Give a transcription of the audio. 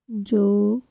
ਜੋ